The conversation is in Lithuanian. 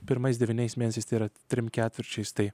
pirmais devyniais mėnesiais tai yra trim ketvirčiais tai